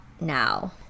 now